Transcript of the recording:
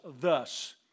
thus